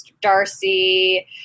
Darcy